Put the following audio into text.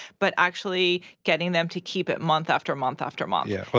but actually getting them to keep it month after month after month. yeah, well,